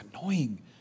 annoying